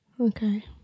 Okay